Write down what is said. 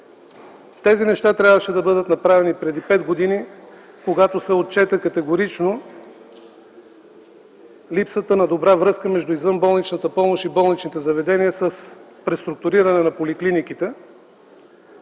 Тези неща трябваше да бъдат направени преди пет години, когато се отчете категорично липсата на добра връзка между извънболничната помощ и болничните заведения. С преструктурирането на поликлиниките